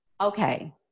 okay